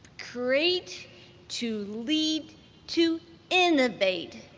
great to lead to innovate,